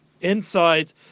inside